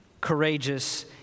courageous